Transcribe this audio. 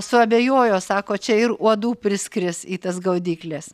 suabejojo sako čia ir uodų priskris į tas gaudykles